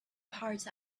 parts